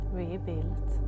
rebuilt